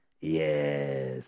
Yes